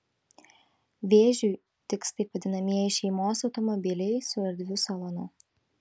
vėžiui tiks taip vadinamieji šeimos automobiliai su erdviu salonu